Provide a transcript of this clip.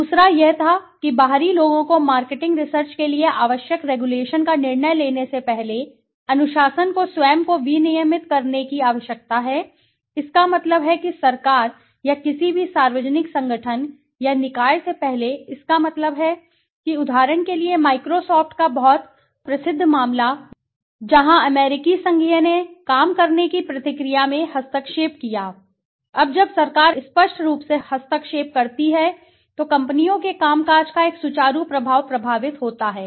दूसरा यह था कि बाहरी लोगों को मार्केटिंग रिसर्च के लिए आवश्यक रेगुलेशन का निर्णय लेने से पहले अनुशासन को स्वयं को विनियमित करने की आवश्यकता है इसका मतलब है कि सरकार या किसी भी सार्वजनिक संगठन या निकाय से पहले इसका मतलब है कि उदाहरण के लिए Microsoft का बहुत प्रसिद्ध मामला जहां अमेरिकी संघीय ने काम करने की प्रक्रिया में हस्तक्षेप किया Microsoft अब जब सरकार स्पष्ट रूप से हस्तक्षेप करती है तो कंपनियों के कामकाज का एक सुचारू प्रवाह प्रभावित होता है